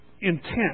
intent